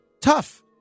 tough